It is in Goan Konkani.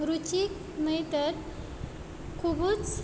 रुचीक न्हय तर खुबूच